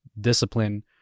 discipline